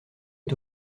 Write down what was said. est